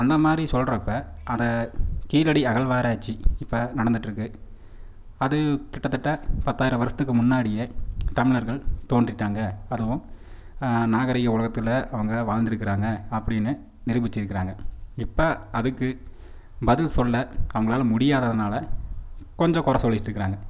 அந்த மாதிரி சொல்லுறப்ப அதை கீழடி அகழ்வாராய்ச்சி இப்போ நடந்துகிட்டு இருக்குது அது கிட்டதட்ட பத்தாயிரம் வருடத்துக்கு முன்னாடியே தமிழர்கள் தோன்றிட்டாங்க அதுவும் நாகரிக உலகத்தில் அவங்க வாழ்ந்துட்ருக்காங்க அப்படின்னு நிருபிச்சிருக்கிறாங்க இப்போ அதுக்கு பதில் சொல்ல நம்மளால முடியாததுனால் கொஞ்சம் குறை சொல்லிட்டு இருக்கிறாங்க